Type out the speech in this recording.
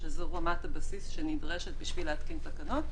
שזו רמת הבסיס שנדרשת בשביל להתקין תקנות,